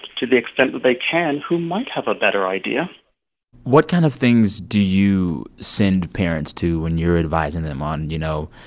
to the extent that they can, who might have a better idea what kind of things do you send parents to when you're advising them on, you know,